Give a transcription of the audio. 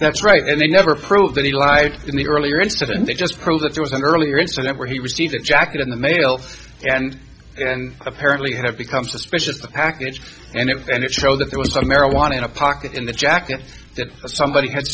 that's right and they never prove that he lied in the earlier incident they just prove that there was an earlier incident where he received a jacket in the mail and apparently have become suspicious package and it was and it showed that there was some marijuana in a pocket in the jacket that somebody had